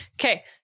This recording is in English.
Okay